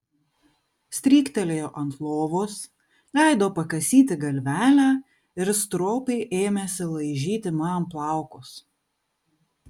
stryktelėjo ant lovos leido pakasyti galvelę ir stropiai ėmėsi laižyti man plaukus